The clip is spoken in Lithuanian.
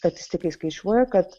statistikai skaičiuoja kad